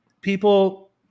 People